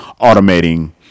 automating